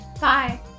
Bye